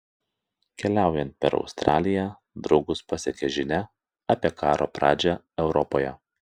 keliaujant per australiją draugus pasiekia žinia apie karo pradžią europoje